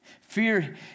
Fear